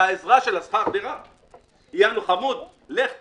יענו: "חמוד, לך תסתדר.